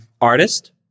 artist